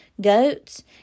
goats